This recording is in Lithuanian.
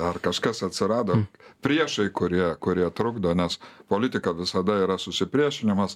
ar kažkas atsirado priešai kurie kurie trukdo nes politika visada yra susipriešinimas